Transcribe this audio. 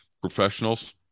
professionals